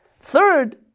Third